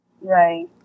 Right